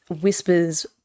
whispers